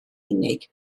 unig